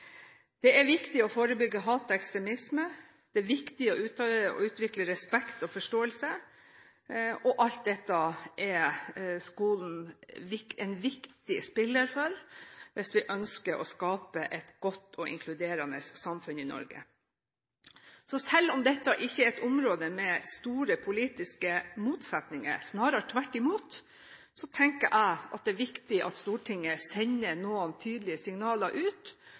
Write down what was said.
Det er viktig å forebygge hat og ekstremisme. Det er viktig å utvikle respekt og forståelse. Alt dette er skolen en viktig spiller for hvis vi ønsker å skape et godt og inkluderende samfunn i Norge. Så selv om dette ikke er et område med store politiske motsetninger, snarere tvert imot, tenker jeg at det er viktig at Stortinget sender